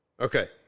okay